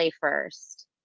first